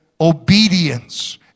obedience